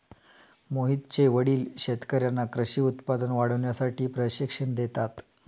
मोहितचे वडील शेतकर्यांना कृषी उत्पादन वाढवण्यासाठी प्रशिक्षण देतात